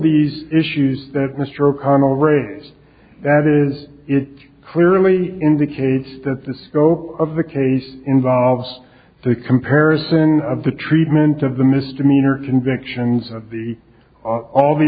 these issues that mr o'connell raise that is it clearly indicates that the scope of the case involves the comparison of the treatment of the misdemeanor convictions of the all the